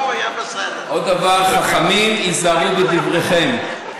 עוד דבר: "חכמים, היזהרו בדבריכם".